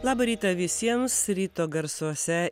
labą rytą visiems ryto garsuose